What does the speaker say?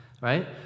right